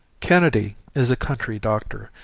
kennedy is a country doctor,